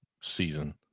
season